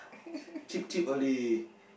cheap cheap only